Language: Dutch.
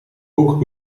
boek